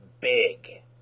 big